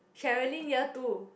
Sherilyn year two